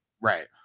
Right